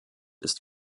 ist